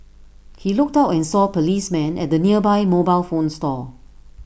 he looked out and saw policemen at the nearby mobile phone store